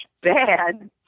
bad